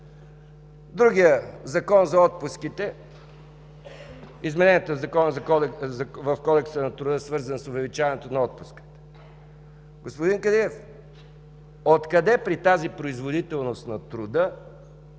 Другият въпрос – за отпуските, измененията в Кодекса на труда, свързани с увеличаването на отпуска. Господин Кадиев, откъде при тази производителност на труда